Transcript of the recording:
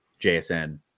JSN